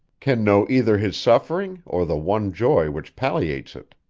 can know either his suffering or the one joy which palliates it.